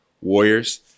Warriors